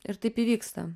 ir taip įvyksta